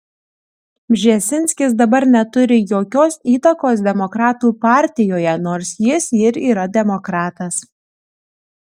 bžezinskis dabar neturi jokios įtakos demokratų partijoje nors jis ir yra demokratas